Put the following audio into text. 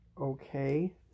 okay